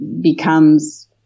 becomes